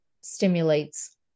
stimulates